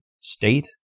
state